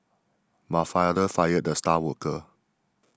my father fired the star worker